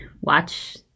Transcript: watch